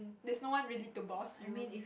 there's no one really to boss you